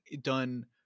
done